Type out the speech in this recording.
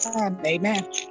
Amen